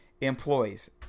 employees